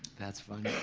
that's fun.